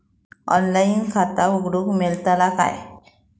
Online खाता उघडूक मेलतला काय?